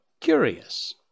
curious